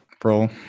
bro